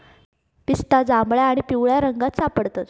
पिस्ता जांभळ्या आणि पिवळ्या रंगात सापडता